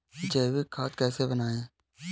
जैविक खाद कैसे बनाएँ?